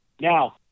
now